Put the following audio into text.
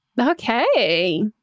Okay